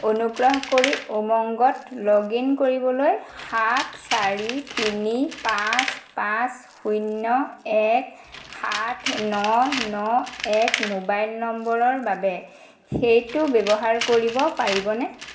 অনুগ্ৰহ কৰি উমংগত লগ ইন কৰিবলৈ সাত চাৰি তিনি পাঁচ পাঁচ শূন্য এক সাত ন ন এক মোবাইল নম্বৰৰ বাবে সেইটো ব্যৱহাৰ কৰিব পাৰিবনে